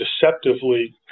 deceptively